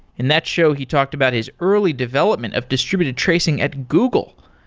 in that show he talked about his early development of distributed tracing at google.